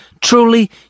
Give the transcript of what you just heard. Truly